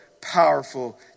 powerful